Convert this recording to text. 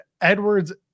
Edwards